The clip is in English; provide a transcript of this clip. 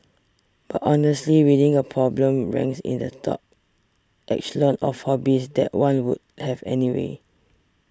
but honestly reading a problem ranks in the top echelon of hobbies that one would have anyway